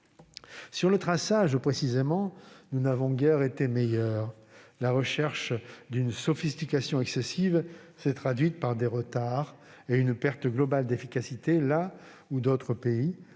Sur le traçage, nous n'avons guère été meilleurs. La recherche d'une sophistication excessive s'est traduite par des retards et par une perte globale d'efficacité là où d'autres pays- je pense